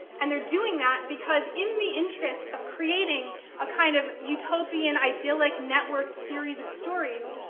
and they're doing that because, in the interest of creating a kind of utopian, idyllic, networked series of stories,